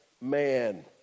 man